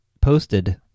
posted